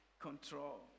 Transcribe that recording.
control